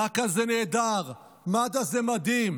זק"א זה נהדר, מד"א זה מדהים.